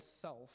self